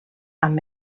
amb